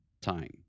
time